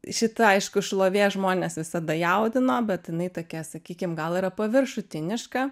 šita aišku šlovė žmones visada jaudino bet jinai tokia sakykim gal yra paviršutiniška